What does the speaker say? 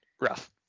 rough